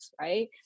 right